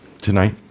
tonight